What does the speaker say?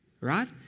right